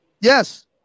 Yes